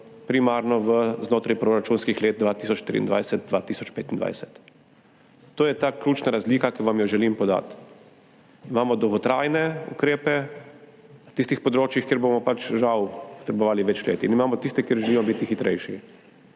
primarno znotraj proračunskih let 2023–2025. To je ta ključna razlika, ki vam jo želim podati. Imamo dolgotrajne ukrepe na tistih področjih, kjer bomo pač žal potrebovali več let, in imamo tiste, kjer želimo biti hitrejši.